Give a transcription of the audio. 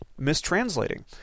mistranslating